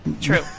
True